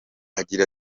agira